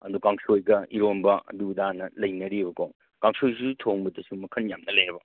ꯑꯗꯨ ꯀꯥꯡꯁꯣꯏꯒ ꯏꯔꯣꯝꯕ ꯑꯗꯨ ꯑꯗꯥꯅ ꯂꯩꯅꯔꯤꯕꯀꯣ ꯀꯥꯡꯁꯣꯏꯁꯤꯁꯨ ꯊꯣꯡꯕꯗ ꯃꯈꯟ ꯌꯥꯝꯅ ꯂꯩꯌꯦꯕ